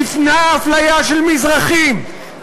תמנע אפליה של מזרחים,